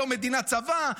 לא מדינת צבא,